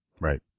Right